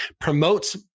promotes